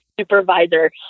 supervisor